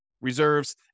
reserves